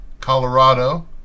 Colorado